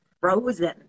frozen